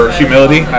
humility